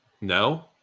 No